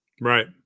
Right